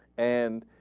and